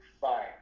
fine